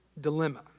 dilemma